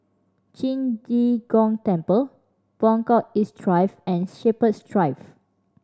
Qing De Gong Temple Buangkok East Drive and Shepherds Drive